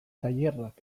tailerrak